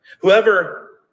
Whoever